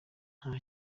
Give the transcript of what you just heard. nta